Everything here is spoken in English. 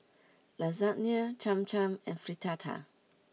Lasagne Cham Cham and Fritada